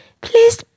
please